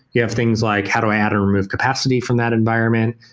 you have things like how do i add or remove capacity from that environment.